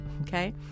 Okay